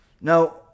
Now